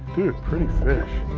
dude, pretty fish.